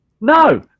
No